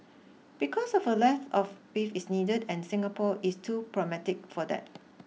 because of a leap of faith is needed and Singapore is too pragmatic for that